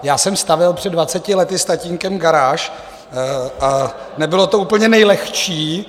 Já jsem stavěl před dvaceti lety s tatínkem garáž a nebylo to úplně nejlehčí.